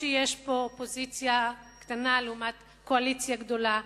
שיש פה אופוזיציה קטנה לעומת קואליציה גדולה,